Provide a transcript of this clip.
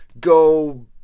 go